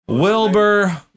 Wilbur